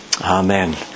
Amen